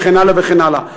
וכן הלאה וכן הלאה.